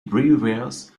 brewers